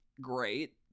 great